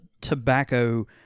tobacco